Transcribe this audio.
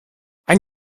ein